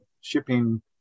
shipping